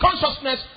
Consciousness